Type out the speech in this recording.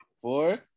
four